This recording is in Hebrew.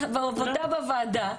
זה העבודה בוועדה,